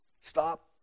Stop